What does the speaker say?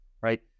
right